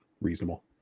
reasonable